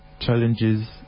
challenges